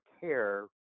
care